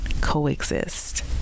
coexist